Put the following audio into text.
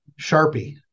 Sharpie